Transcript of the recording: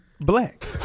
Black